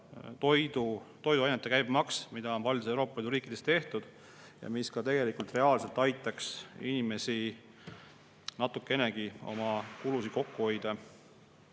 toiduainete käibemaks, mida on paljudes Euroopa Liidu riikides tehtud ja mis ka reaalselt aitaks inimestel natukenegi oma kulusid kokku hoida.